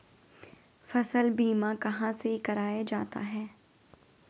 फसल बीमा कहाँ से कराया जाता है?